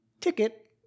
ticket